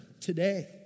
today